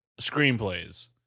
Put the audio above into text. screenplays